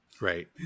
Right